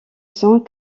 cent